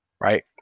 Right